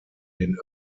den